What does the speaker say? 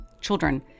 children